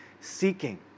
seeking